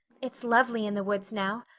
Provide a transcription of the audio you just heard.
it's lovely in the woods now.